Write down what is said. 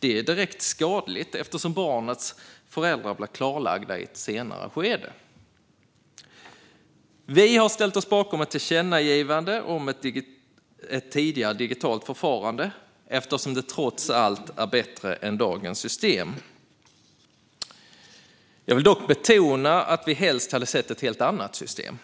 Det är direkt skadligt eftersom barnets föräldrar blir klarlagda i ett senare skede. Vi har ställt oss bakom ett tillkännagivande om ett tidigare digitalt förfarande, eftersom det trots allt är bättre än dagens system. Jag vill dock betona att vi helst hade sett ett helt annat system.